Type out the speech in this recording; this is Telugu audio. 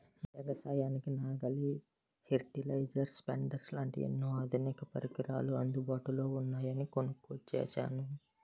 ఎగసాయానికి నాగలి, పెర్టిలైజర్, స్పెడ్డర్స్ లాంటి ఎన్నో ఆధునిక పరికరాలు అందుబాటులో ఉన్నాయని కొనుక్కొచ్చాను